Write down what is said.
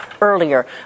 earlier